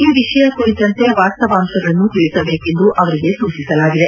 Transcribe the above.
ಈ ವಿಷಯ ಕುರಿತಂತೆ ವಾಸ್ತವಾಂಶಗಳನ್ನು ತಿಳಿಸಬೇಕೆಂದು ಅವರಿಗೆ ಸೂಚಿಸಲಾಗಿದೆ